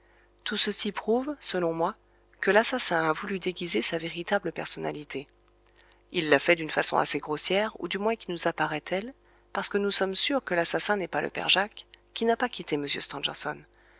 tout ceci prouve selon moi que l'assassin a voulu déguiser sa véritable personnalité il l'a fait d'une façon assez grossière ou du moins qui nous apparaît telle parce que nous sommes sûrs que l'assassin n'est pas le père jacques qui n'a pas quitté